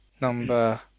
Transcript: number